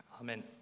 Amen